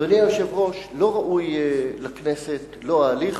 אדוני היושב-ראש, לא ראוי לכנסת, לא ההליך,